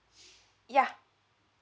yeah